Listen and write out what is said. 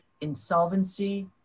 insolvency